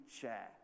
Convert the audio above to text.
chair